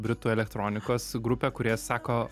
britų elektronikos grupė kurie sako